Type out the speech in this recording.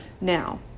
Now